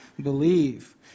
believe